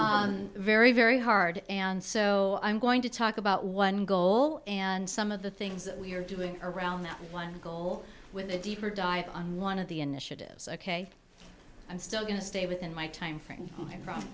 very very hard and so i'm going to talk about one goal and some of the things that we're doing around that one goal with a deeper dive on one of the initiatives ok i'm still going to stay within my timeframe